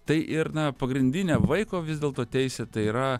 tai ir na pagrindinė vaiko vis dėlto teisė tai yra